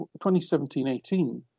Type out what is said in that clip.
2017-18